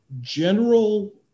general